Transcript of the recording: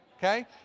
Okay